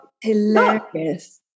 Hilarious